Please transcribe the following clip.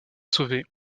sauvé